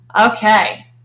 Okay